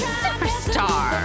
superstar